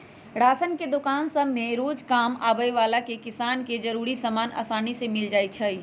ration के दोकान सभसे रोजकाम आबय बला के जीवन के जरूरी समान असानी से मिल जाइ छइ